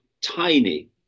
tiny